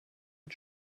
and